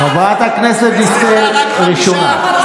חברת הכנסת דיסטל, ראשונה.